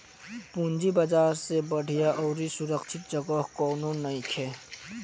पूंजी बाजार से बढ़िया अउरी सुरक्षित जगह कौनो नइखे